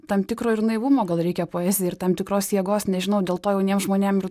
tam tikro ir naivumo gal reikia poezijai ir tam tikros jėgos nežinau dėl to jauniem žmonėm